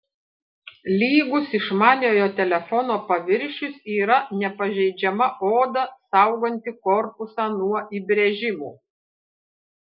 lygus išmaniojo telefono paviršius yra nepažeidžiama oda sauganti korpusą nuo įbrėžimų